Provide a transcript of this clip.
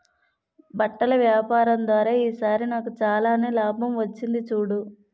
బట్టల వ్యాపారం ద్వారా ఈ సారి నాకు చాలానే లాభం వచ్చింది చూడు